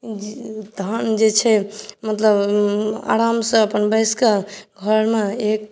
तहन जे छै मतलब आरामसँ अपन बैसकऽ घरमे एक